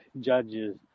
judges